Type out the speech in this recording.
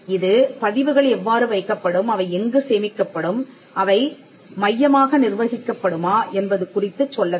இது பதிவுகள் எவ்வாறு வைக்கப்படும் அவை எங்கு சேமிக்கப்படும் அவை மையமாக நிர்வகிக்கப்படுமா என்பது குறித்துச் சொல்ல வேண்டும்